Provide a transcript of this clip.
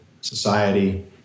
society